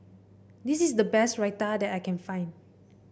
this is the best Raita that I can find